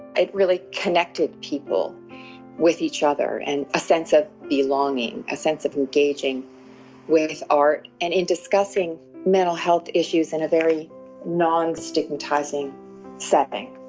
it really connected people with each other and a sense of belonging, a sense of engaging with art, and in discussing mental health issues in a very non-stigmatising setting.